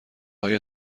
های